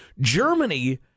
Germany